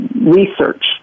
research